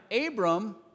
abram